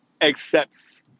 accepts